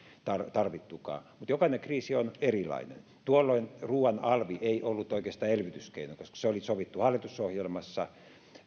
tarvittukaan mutta jokainen kriisi on erilainen tuolloin ruuan alvi ei ollut oikeastaan elvytyskeino koska se oli sovittu hallitusohjelmassa